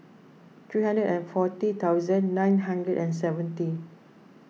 three hundred and forty thousand nine hundred and seventy